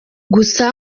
gusa